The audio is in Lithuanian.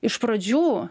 iš pradžių